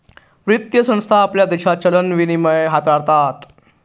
वित्तीय संस्था आपल्या देशात चलन विनिमय हाताळतात